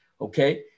okay